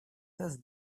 прогресс